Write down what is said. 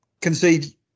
concede